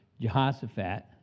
Jehoshaphat